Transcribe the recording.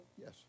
Yes